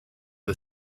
the